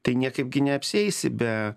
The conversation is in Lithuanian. tai niekaip gi neapsieisi be